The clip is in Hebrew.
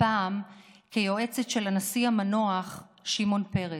הפעם כיועצת של הנשיא המנוח שמעון פרס.